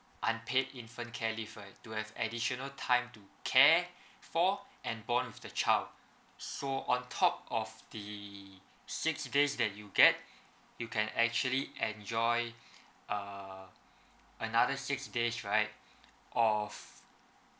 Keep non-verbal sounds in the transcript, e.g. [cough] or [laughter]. unpaid infant care leave right to have additional time to care [breath] for and bond with the child so on top of the six days that you get [breath] you can actually enjoy [breath] uh another six days right [breath] of